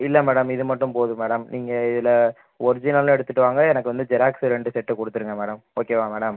இல்லை மேடம் இது மட்டும் போதும் மேடம் நீங்கள் இதில் ஒர்ஜினலும் எடுத்துகிட்டு வாங்க எனக்கு வந்து ஜெராக்ஸு ரெண்டு செட்டு கொடுத்துருங்க மேடம் ஓகேவா மேடம்